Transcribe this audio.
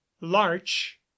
larch